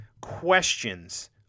questions